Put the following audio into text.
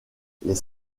les